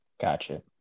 Gotcha